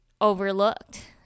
overlooked